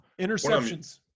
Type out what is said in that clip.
Interceptions